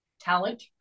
talent